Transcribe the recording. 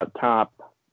top